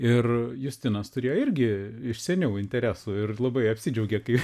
ir justinas turėjo irgi iš seniau interesų ir labai apsidžiaugė kai